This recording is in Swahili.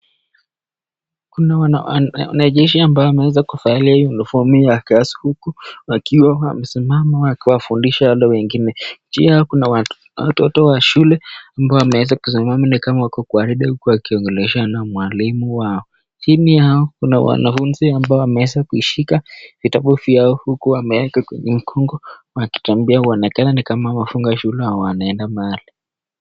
Kuna wanajeshi ambao wameweza kuvalia unifomi ya class huku wakiwa wamesimama wakiwafundisha wale wengine. Juu yao kuna watoto wa shule ambao wameweza kuzungumza ni kama wako kwa hili wakiongelesha mwalimu wao. Jini yao kuna wanafunzi ambao wameweza kuishika vitabu vyao huku wameweka kwenye mkongo wakitembea wanaonekana ni kama wamefunga shule wanaenda mbali.